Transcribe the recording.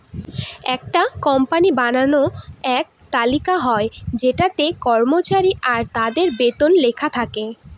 একটা কোম্পানির বানানো এক তালিকা হয় যেটাতে কর্মচারী আর তাদের বেতন লেখা থাকে